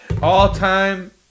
All-time